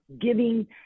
giving